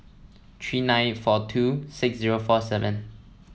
three nine four two six zero four seven